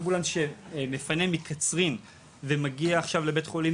אמבולנס שמפנה מקצרין ומגיע לבית חולים,